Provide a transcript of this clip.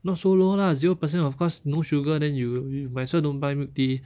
not so low lah zero percent of course no sugar then you you might as well don't buy milk tea